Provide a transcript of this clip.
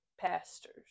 pastors